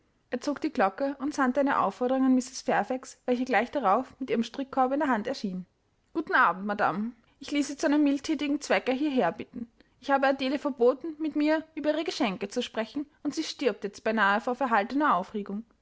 er zog die glocke und sandte eine aufforderung an mrs fairfax welche gleich darauf mit ihrem strickkorbe in der hand erschien guten abend madame ich ließ sie zu einem mildthätigen zwecke hierher bitten ich habe adele verboten mit mir über ihre geschenke zu sprechen und sie stirbt jetzt beinahe vor verhaltener aufregung